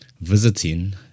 visiting